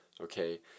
okay